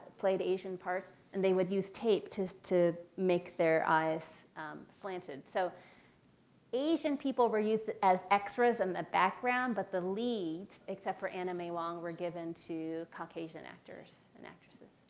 played asian parts. and they would use tape to to make their eyes slanted. so asian people were used as extras in and the background. but the leads, except for ana may wong, were given to caucasian actors and actresses.